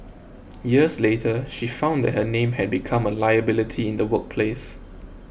years later she found that her name had become a liability in the workplace